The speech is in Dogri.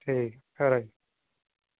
ठीक ऐ खरा जी